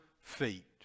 feet